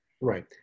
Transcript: Right